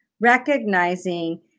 recognizing